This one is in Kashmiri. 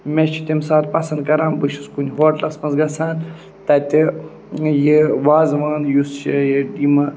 مےٚ چھِ تَمہِ ساتہٕ پَسنٛد کَران بہٕ چھُس کُنہِ ہوٹلَس منٛز گژھان تَتہِ یہِ وازوان یُس چھِ ییٚتہِ یِمہٕ